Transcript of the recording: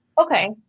Okay